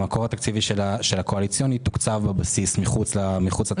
המקור התקציבי של התקציב הקואליציוני תוקצב בבסיס מחוץ לתקנות.